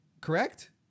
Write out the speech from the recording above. Correct